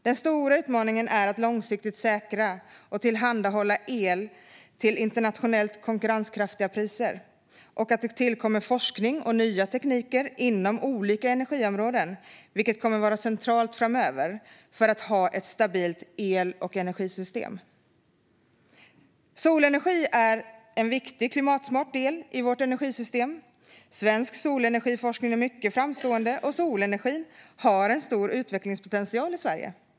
Den stora utmaningen är att långsiktigt säkra och tillhandahålla el till internationellt konkurrenskraftiga priser och att se till att det tillkommer forskning och nya tekniker inom olika energiområden, vilket kommer att vara centralt framöver för att ha ett stabilt el och energisystem. Solenergi är en viktig klimatsmart del i vårt energisystem. Svensk solenergiforskning är mycket framstående, och solenergin har en stor utvecklingspotential i Sverige.